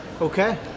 Okay